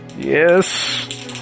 Yes